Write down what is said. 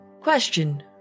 Question